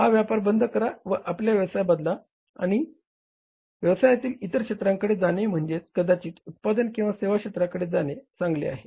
हा व्यापार बंद करा व आपला व्यवसाय बदलला आणि व्यवसायातील इतर क्षेत्रांकडे जाणे म्हणजेच कदाचित उत्पादन किंवा सेवा क्षेत्राकडे जाणे चांगले आहे